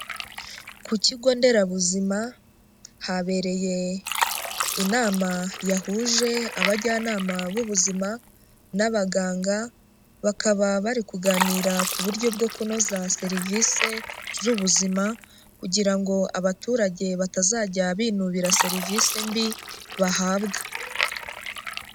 Ku kigo nderabuzima habereye inama yahuje abajyanama b'ubuzima n'abaganga, bakaba bari kuganira ku buryo bwo kunoza serivise z'ubuzima kugira ngo abaturage batazajya binubira serivisi mbi bahabwa.